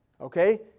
Okay